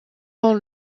dans